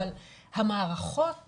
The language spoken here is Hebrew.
אבל המערכות